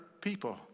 people